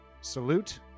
salute